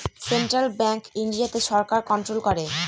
central bank ইন্ডিয়াতে সরকার control করে